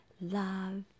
love